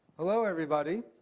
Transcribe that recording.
hello, everybody.